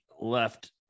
left